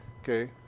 okay